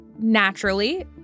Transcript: naturally